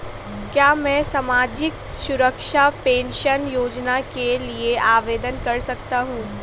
क्या मैं सामाजिक सुरक्षा पेंशन योजना के लिए आवेदन कर सकता हूँ?